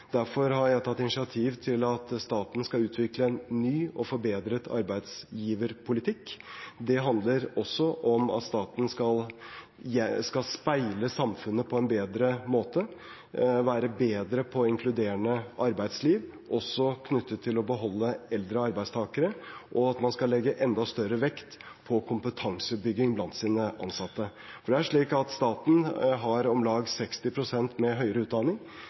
Derfor har jeg tatt initiativ til at staten skal utvikle en ny og forbedret arbeidsgiverpolitikk. Det handler også om at staten skal speile samfunnet på en bedre måte, være bedre på inkluderende arbeidsliv også knyttet til å beholde eldre arbeidstakere, og at man skal legge enda større vekt på kompetansebygging blant sine ansatte. Det er slik at staten har om lag 60 pst. med høyere utdanning.